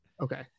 Okay